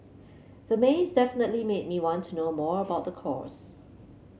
the maze definitely made me want to know more about the course